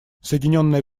соединенное